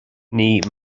naoi